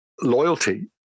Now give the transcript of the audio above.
loyalty